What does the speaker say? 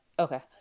Okay